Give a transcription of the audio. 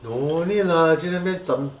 no need lah 去那边 zham